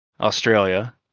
Australia